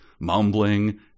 mumbling